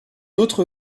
autre